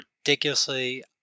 ridiculously